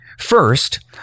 First